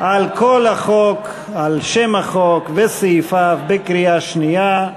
על כל החוק, על שם החוק וסעיפיו, בקריאה שנייה,